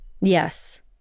Yes